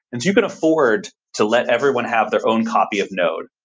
do you can afford to let everyone have their own copy of node.